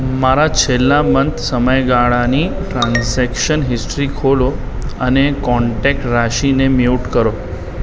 મારા છેલ્લા મંથ સમયગાળાની ટ્રાન્ઝૅક્શન હિસ્ટ્રી ખોલો અને કૉન્ટૅક્ટ રાશિને મ્યુટ કરો